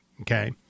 Okay